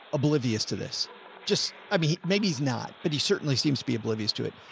oblivious to this just, i mean, maybe he's not, but he certainly seems to be oblivious to it,